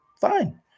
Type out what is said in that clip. Fine